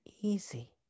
easy